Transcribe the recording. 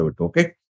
Okay